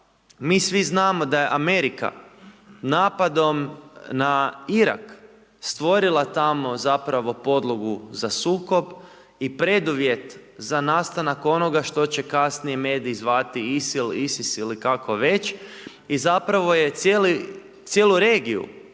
mi svi znamo da je Amerika napadom na Irak, stvorila tamo, zapravo podlogu za sukob i preduvjet za nastanak onoga što će kasnije mediji zvati ISIL, ISIS ili kako već i zapravo je cijelu regiju